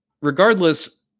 regardless